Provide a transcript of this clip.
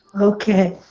okay